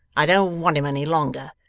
i don't want him any longer.